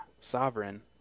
sovereign